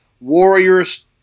warriors